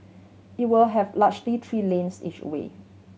it will have largely three lanes each way